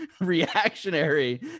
reactionary